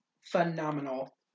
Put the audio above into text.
phenomenal